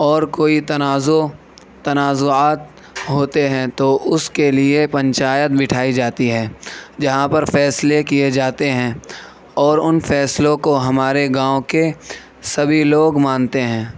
اور کوئی تنازع تنازعات ہوتے ہیں تو اس کے لیے پنچایت بیٹھائی جاتی ہے جہاں پر فیصلے کیے جاتے ہیں اور ان فیصلوں کو ہمارے گاؤں کے سبھی لوگ مانتے ہیں